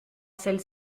celle